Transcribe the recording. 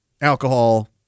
alcohol